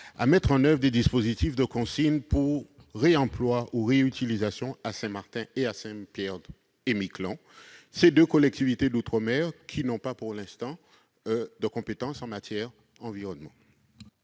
à mettre en oeuvre des dispositifs de consigne pour réemploi ou réutilisation à Saint-Martin et à Saint-Pierre-et-Miquelon. Ces deux collectivités d'outre-mer ne disposent pas pour l'instant de compétences en matière d'environnement.